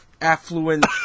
affluent